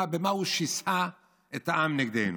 במה הוא שיסה את העם נגדנו.